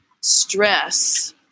stress